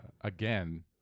again